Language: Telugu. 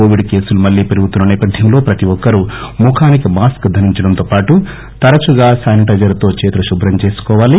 కోవిడ్ కేసులు మళ్లీ పెరుగుతున్న సేపథ్యంలో ప్రతి ఒక్కరూ ముఖానికి మాస్క్ ధరించడంతో పాటు తరచుగా శానిటైజర్ తో చేతులు శుభ్రం చేసుకోవాలి